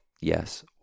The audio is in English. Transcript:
Yes